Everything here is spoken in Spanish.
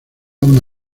una